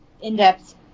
in-depth